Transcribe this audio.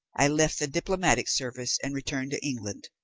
i left the diplomatic service and returned to england,